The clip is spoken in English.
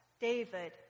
David